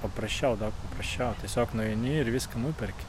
paprasčiau daug paprasčiau tiesiog nueini ir viską nuperki